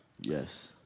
yes